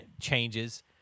changes